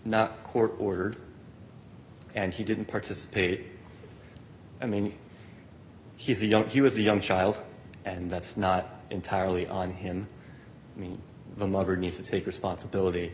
not court ordered and he didn't participate i mean he's young he was a young child and that's not entirely on him i mean the mother need to take responsibility